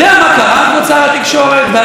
ועל זה צריכה לקום חקירה אמיתית,